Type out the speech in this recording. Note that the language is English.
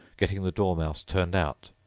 getting the dormouse turned out,